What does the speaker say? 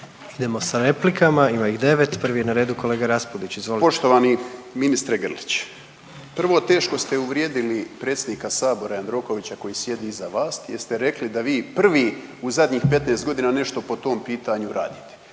Idemo s replikama, ima ih 9. Prvi je na redu kolega Raspudić, izvolite. **Raspudić, Nino (Nezavisni)** Poštovani ministre Grlić. Prvo, teško ste uvrijedili predsjednika Sabora Jandrokovića koji sjedi iza vas gdje ste vi rekli da vi prvi u zadnjih 15 godina nešto po tom pitanju radite.